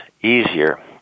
easier